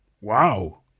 Wow